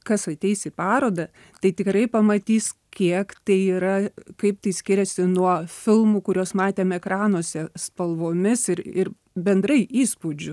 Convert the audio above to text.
kas ateis į parodą tai tikrai pamatys kiek tai yra kaip tai skiriasi nuo filmų kuriuos matėm ekranuose spalvomis ir ir bendrai įspūdžiu